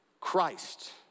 Christ